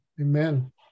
Amen